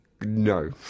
no